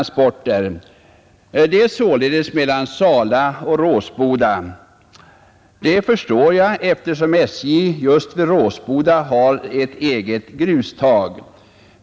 Jag förstår att det är sträckan mellan Sala och Råsboda, eftersom SJ vid Råsboda har ett eget grustag.